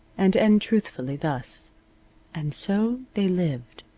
and end truthfully, thus and so they lived.